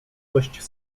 dość